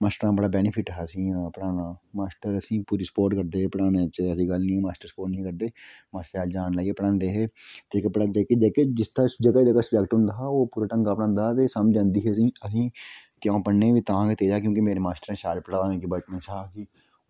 मास्टरै दा बड़ा बैनिफिट हा असेंगी पढ़ाने दा मास्टर पूरी सपोर्ट करदे हे असेंगी पढ़ानै च ऐसी गल्ल निं ऐ मास्टर जान लाइयै पढ़ांदे हे ते जेह्का जेह्दा जेह्दा सब्जैक्ट होंदा हा कोई ढंगै दा पढ़ांदा हा ते समझ होंदी ही असेंगी ते अ'ऊं पढ़ने गी बी तां तेज हा कि मेरे मास्टरें शैल पढ़ाया मिगी शुरू थमां